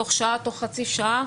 תוך חצי שעה.